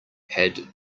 had